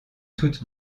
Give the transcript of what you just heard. toute